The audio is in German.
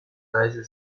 leise